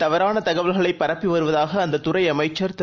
தவறானதகவல்களைபரப்பிவருவதாகஅந்ததுறைஅமைச்சர்திரு